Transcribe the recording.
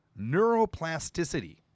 neuroplasticity